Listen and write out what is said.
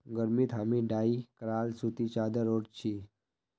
गर्मीत हामी डाई कराल सूती चादर ओढ़ छि